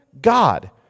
God